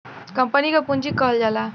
company क पुँजी कहल जाला